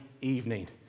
evening